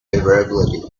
favorability